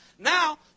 Now